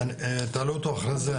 תעלו אותו אחרי זה,